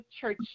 church